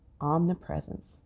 omnipresence